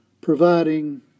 providing